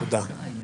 תודה.